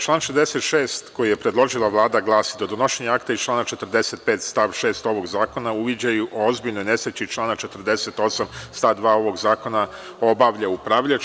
Član 66. koji je predložila Vlada glasi: „Do donošenja akta iz člana 45. stav 6. ovog zakona uviđaj o ozbiljnoj nesreći iz člana 48. stav 2. ovog zakona obavlja upravljač“